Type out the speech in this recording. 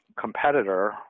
competitor